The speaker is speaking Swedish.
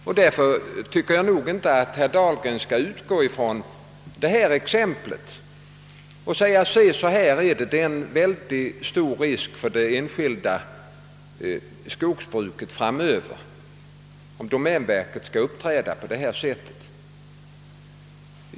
Jag tycker att herr Dahlgren därför inte skall utgå från detta exempel och säga, att det är en väldigt stor risk för det enskilda skogsbruket framöver, om domänverket skall uppträda på detta sätt.